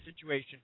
situation